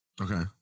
Okay